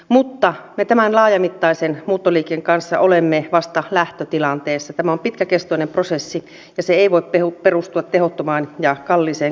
mutta ne tämän laajamittaisen muuttoliikkeen kanssa olemme vasta lähtötilanteessa tämä on pitkäkestoinen prosessi se ei voi perustua tehottomaan ja kalliiseen